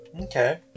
Okay